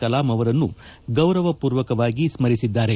ಕಲಾಂ ಅವರನ್ನು ಗೌರವ ಪೂರ್ವಕವಾಗಿ ಸ್ಗರಿಸಿದ್ದಾರೆ